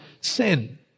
sin